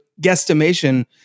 guesstimation